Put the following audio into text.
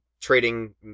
trading